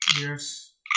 Yes